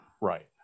Right